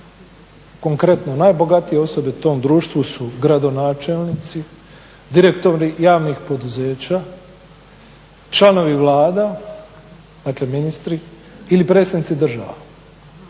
konkretno najbogatije osobe u tom društvu su gradonačelnici, direktori javnih poduzeća, članovi Vlada, dakle ministri ili predstavnici država.